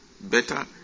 better